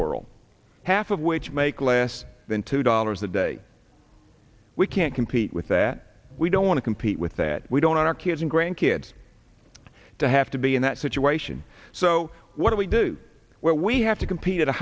world half of which make less than two dollars a day we can't compete with that we don't want to compete with that we don't our kids and grandkids to have to be in that situation so what do we do where we have to compete at a